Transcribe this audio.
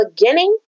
beginning